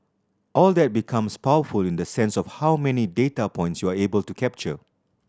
all that becomes powerful in the sense of how many data points you are able to capture